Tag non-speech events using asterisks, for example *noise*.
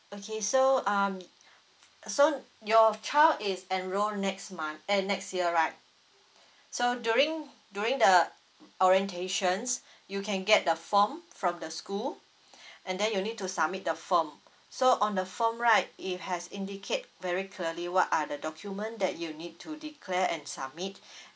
okay so um *noise* so your child is enroll next month eh next year right so during during the *noise* orientations you can get the form from the school and then you need to submit the form so on the form right it has indicate very clearly what are the document that you need to declare and submit